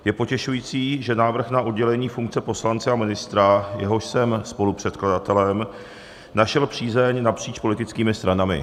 Je potěšující, že návrh na oddělení funkce poslance a ministra, jehož jsem spolupředkladatelem, našel přízeň napříč politickými stranami.